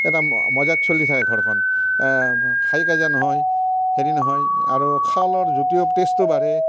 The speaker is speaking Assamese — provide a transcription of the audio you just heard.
এটা ম মজাত চলি থাকে ঘৰখন হাই কাজিয়া নহয় হেৰি নহয় আৰু খোৱা লোৱাৰ জুতিও টেষ্টটো বাঢ়ে